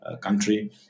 country